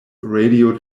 radio